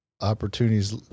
Opportunities